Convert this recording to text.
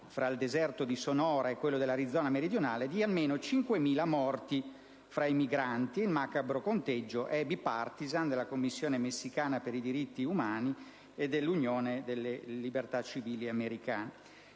tra il deserto di Sonora e quello dell'Arizona meridionale, di almeno 5.000 morti tra migranti: il macabro conteggio è *bipartisan*» (della Commissione nazionale dei diritti umani messicana e dell'Unione delle libertà civili americana).